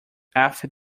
after